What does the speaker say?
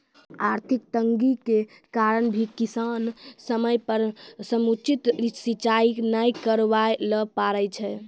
आर्थिक तंगी के कारण भी किसान समय पर समुचित सिंचाई नाय करवाय ल पारै छै